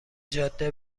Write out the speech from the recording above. جاده